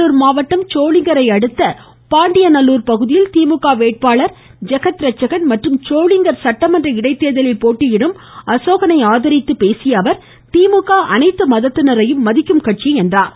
வேலூர் மாவட்டம் சோளிங்கரை அடுத்த பாண்டியநல்லூர் பகுதியில் திமுக வேட்பாளர் ஜெகத்ரட்சகன் மற்றும் சோளிங்கர் சட்டமன்ற இடைத்தேர்தலில் போட்டியிடும் அசோகனை மதத்தினரையும் மதிக்கும் கட்சி என்றார்